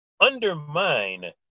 undermine